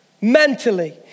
Mentally